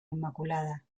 inmaculada